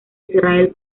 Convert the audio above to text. israel